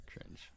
Cringe